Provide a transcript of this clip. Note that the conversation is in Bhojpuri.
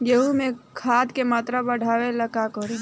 गेहूं में खाद के मात्रा बढ़ावेला का करी?